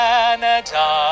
Canada